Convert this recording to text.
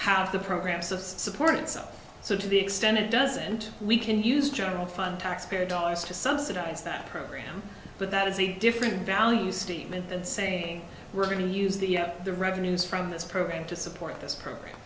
have the programs of support itself so to the extent it doesn't we can use general fund taxpayer dollars to subsidize that program but that is a different value statement and saying we're going to use the the revenues from this program to support this program